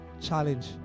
challenge